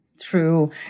True